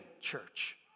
church